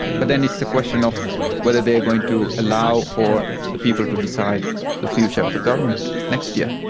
but then it's the question of whether they are going to allow for the people to decide the future of the government next year.